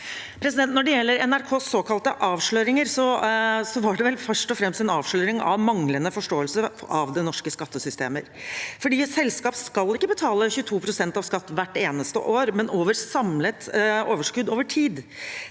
Når det gjelder NRKs såkalte avsløringer, var vel det først og fremst en avsløring av manglende forståelse av det norske skattesystemet. For et selskap skal ikke betale 22 pst. skatt hvert eneste år, men av samlet overskudd over tid.